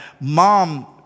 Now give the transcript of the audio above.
Mom